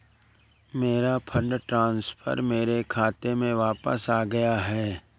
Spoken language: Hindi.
मेरा फंड ट्रांसफर मेरे खाते में वापस आ गया है